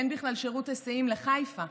אין בכלל שירות היסעים לחיפה?